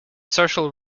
social